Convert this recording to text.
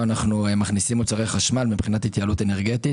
אנו מכניסים מוצרי חשמל מבחינת התייעלות אנרגטית